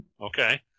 Okay